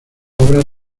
obras